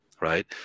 Right